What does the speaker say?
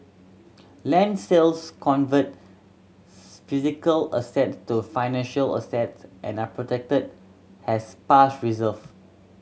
land sales convert physical asset to financial assets and are protected has past reserve